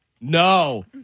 no